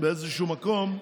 באיזשהו מקום,